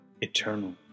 eternal